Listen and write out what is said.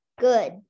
Good